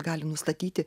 gali nustatyti